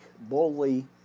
boldly